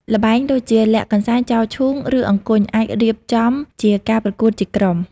ល្បែងដូចជា លាក់កន្សែង ចោលឈូង ឬ អង្គញ់ អាចរៀបចំជាការប្រកួតជាក្រុម។